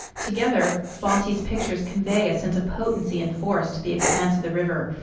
together bosse's pictures convey a sense of potency and force to the expanse of the river,